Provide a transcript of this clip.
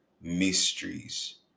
mysteries